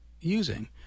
using